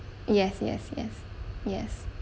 yes yes yes yes